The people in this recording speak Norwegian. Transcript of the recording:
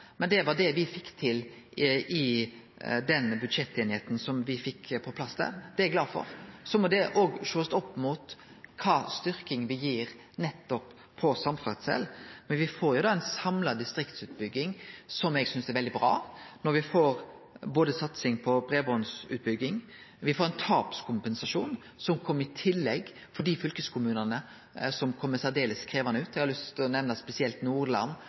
Men det var dette me fekk til i den budsjetteinigheita me fekk på plass. Det er eg glad for. Dette må òg sjåast opp mot kva slags styrking me gir til samferdsel. Me får ei samla distriktsutbygging som eg synest er veldig bra når me får både satsing på breibandsutbygging og ein tapskompensasjon som kjem i tillegg for dei fylkeskommunane som kjem særdeles krevjande ut – eg har spesielt lyst til å nemne Nordland